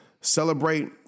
celebrate